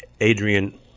Adrian